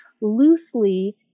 loosely